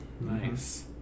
Nice